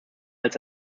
als